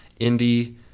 indie